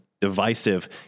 Divisive